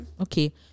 okay